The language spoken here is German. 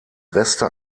reste